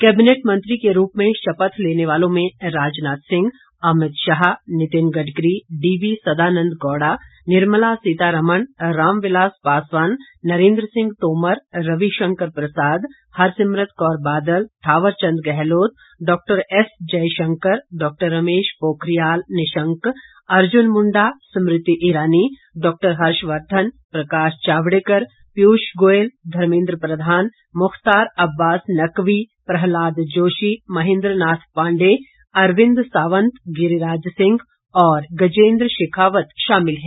cabinet मंत्री के रूप में शपथ लेने वालों में राजनाथ सिंह अमित शाह नितिन गडकरी डीवी सदानन्द गौड़ा निर्मला सीतारामन रामविलास पासवान नरेन्द्र सिंह तोमर रविशंकर प्रसाद हरसिमरत कौर बादल थावर चन्द गहलोत डॉएसजयशंकर डॉ रमेश पोखरियाल निशंक अर्जुन मुंडा स्मृति ईरानी डॉ हर्षवर्धन प्रकाश जावड़ेकर पीयूष गोयल धर्मेन्द प्रधान मुख्तार अब्बास नकवी प्रहलाद जोशी महेन्द्र नाथ पांडेय अरविन्द सावंत गिरिराज सिंह और गजेन्द्र शेखावत शामिल हैं